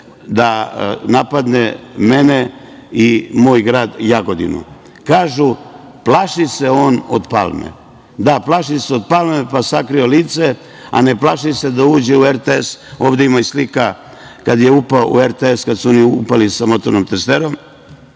da napadne mene i moj grad Jagodinu. Kažu – plaši se on od Palme. Da, plaši se od Palme pa sakrio lice, a ne plaši se da uđe u RTS, ovde ima i slika, kad su upali sa motornom testerom.